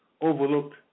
overlooked